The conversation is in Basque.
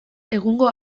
egungo